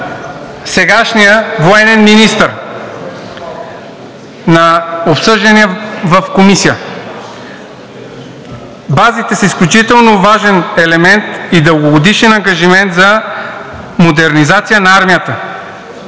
сегашният военен министър на обсъждания в Комисията: „Базите са изключително важен елемент и дългогодишен ангажимент за модернизация на армията.“